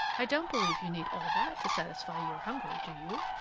i don't believe you need all that to satisfy your hunger, do you?